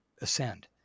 ascend